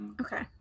okay